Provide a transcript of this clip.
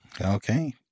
Okay